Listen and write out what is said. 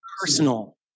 personal